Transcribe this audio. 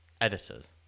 editors